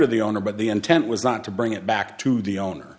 to the owner but the intent was not to bring it back to the owner